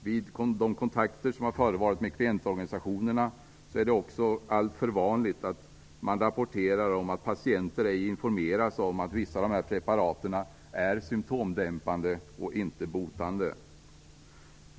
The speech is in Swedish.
Vid de kontakter som har förevarit med klientorganisationerna är det också alltför vanligt att man rapporterar om att patienter ej informeras om att vissa av de här preparaten är symtomdämpande och inte botande.